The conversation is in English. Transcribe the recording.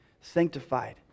sanctified